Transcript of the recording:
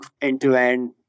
end-to-end